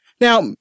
Now